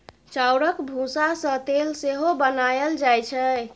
चाउरक भुस्सा सँ तेल सेहो बनाएल जाइ छै